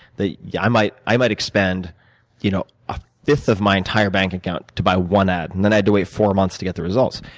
yeah i might i might spend you know a fifth of my entire bank account to buy one ad, and then, i had to wait four months to get the results.